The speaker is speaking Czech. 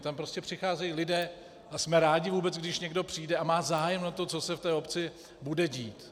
Tam prostě přicházejí lidé, a jsme rádi, když vůbec někdo přijde a má zájem o to, co se v té obci bude dít.